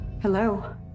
hello